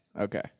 Okay